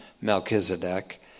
Melchizedek